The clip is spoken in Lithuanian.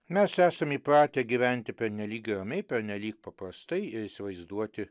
mes esam įpratę gyventi pernelyg ramiai pernelyg paprastai ir įsivaizduoti